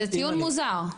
זה טיעון מוזר.